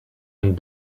een